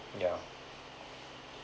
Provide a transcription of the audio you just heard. yeah